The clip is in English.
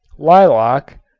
lilac,